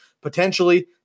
potentially